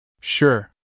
Sure